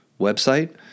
website